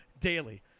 daily